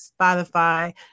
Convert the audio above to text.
Spotify